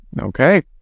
Okay